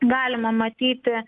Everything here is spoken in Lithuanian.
galima matyti